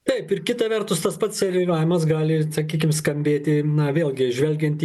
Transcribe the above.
taip ir kita vertus tas pats serviravimas gali sakykim skambėti na vėlgi žvelgiant į